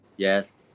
Yes